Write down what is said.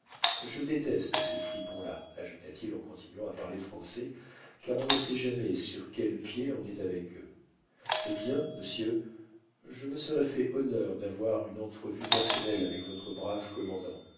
je déteste ces fripons là ajouta-t-il en continuant à parler français car on ne sait jamais sur quel pied on est avec eux eh bien monsieur je me serais fait honneur d'avoir une entrevue personnelle avec votre brave commandant